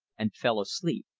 and fell asleep.